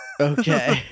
okay